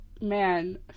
Man